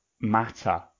matter